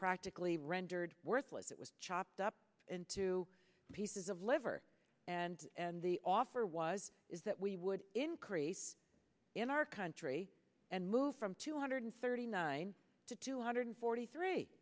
practically rendered worthless it was chopped up into pieces of liver and and the offer was is that we would incur in our country and move from two hundred thirty nine to two hundred forty three